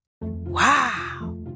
Wow